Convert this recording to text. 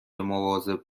مواظب